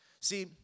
See